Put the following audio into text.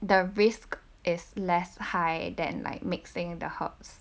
the risk is less high then like mixing the herbs